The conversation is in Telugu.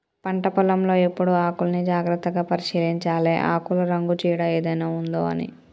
పంట పొలం లో ఎప్పుడు ఆకుల్ని జాగ్రత్తగా పరిశీలించాలె ఆకుల రంగు చీడ ఏదైనా ఉందొ అని